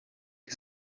ist